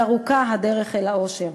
עוד ארוכה הדרך אל האושר.